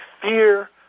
fear